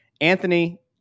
Anthony